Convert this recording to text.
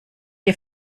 dir